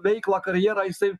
veiklą karjerą jisai